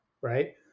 right